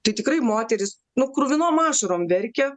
tai tikrai moteris nu kruvinom ašarom verkė